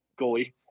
goalie